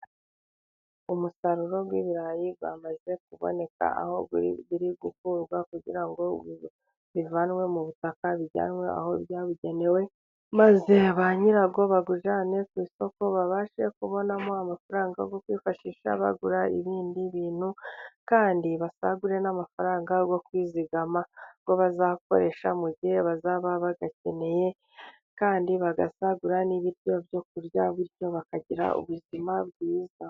Umusaruro w'ibirayi wamaze kuboneka aho biri gukurwa kugira ngo bivanwe mu butaka bijyanwe aho byabugenewe, maze ba nyirawo bawujyane ku isoko babashe kubonamo amafaranga kwifashisha bagura ibindi bintu. Kandi basagure n'amafaranga yo kwizigama yo bazakoresha mu gihe bazaba bayakeneye, kandi bagasagura n'ibiryo byo kurya bityo bakagira ubuzima bwiza.